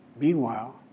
Meanwhile